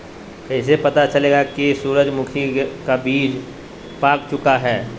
कैसे पता चलेगा की सूरजमुखी का बिज पाक चूका है?